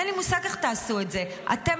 אין לי מושג איך תעשו את זה, אתם